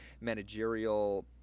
managerial